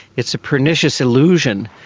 it's a pernicious illusion.